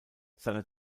seine